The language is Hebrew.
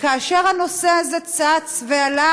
וכאשר הנושא הזה צץ ועלה,